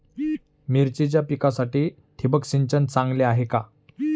मिरचीच्या पिकासाठी ठिबक सिंचन चांगले आहे का?